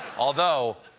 although,